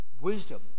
Wisdom